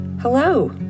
Hello